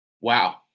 Wow